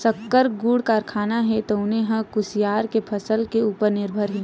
सक्कर, गुड़ कारखाना हे तउन ह कुसियार के फसल के उपर निरभर हे